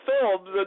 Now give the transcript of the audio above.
films